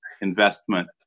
Investment